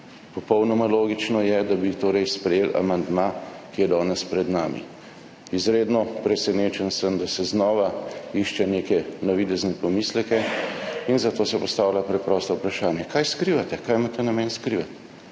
Popolnoma logično je, da bi torej sprejeli amandma, ki je danes pred nami. Izredno presenečen sem, da se znova išče neke navidezne pomisleke. Zato se postavlja preprosto vprašanje: kaj skrivate, kaj imate namen skrivati